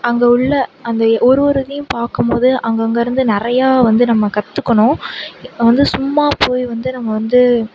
அங்கே உள்ள அந்த ஒவ்வொரு இதையும் பார்க்கும்போது அங்கே அங்கிருந்து நிறையா வந்து நம்ம கற்றுக்கணும் வந்து சும்மா போய் வந்து நம்ம வந்து